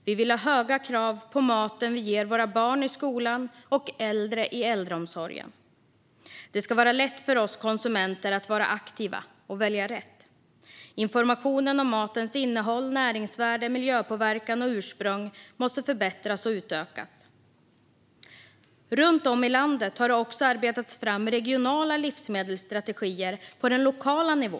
Vi vill ha höga krav på maten vi ger våra barn i skolan och äldre i äldreomsorgen. Det ska vara lätt för oss konsumenter att vara aktiva och välja rätt. Informationen om matens innehåll, näringsvärde, miljöpåverkan och ursprung måste förbättras och utökas. Runt om i landet har det också arbetats fram regionala livsmedelsstrategier på lokal nivå.